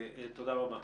תודה רבה.